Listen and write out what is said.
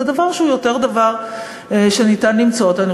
זה דבר שניתן יותר למצוא אותו.